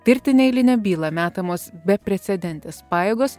tirti neeilinę bylą metamos beprecedentės pajėgos